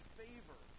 favor